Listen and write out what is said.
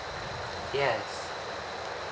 yeah